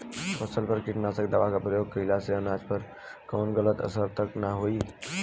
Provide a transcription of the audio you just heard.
फसल पर कीटनाशक दवा क प्रयोग कइला से अनाज पर कवनो गलत असर त ना होई न?